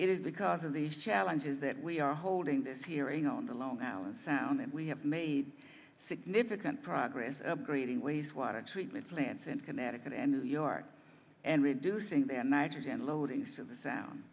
it is because of these challenges that we are holding this hearing on the long island sound that we have made significant progress upgrading wastewater treatment plants in connecticut and new york and reducing their nitrogen loading so the sound